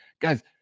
Guys